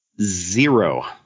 zero